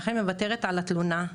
ואכן מוותרת על התלונה.